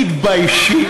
תתביישי.